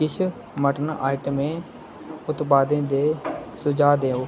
किश मटन आइटमें उत्पादें दे सुझाऽ देओ